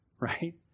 Right